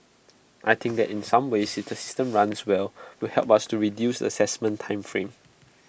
I think that in some ways if the system runs well will help us to reduce the Assessment time frame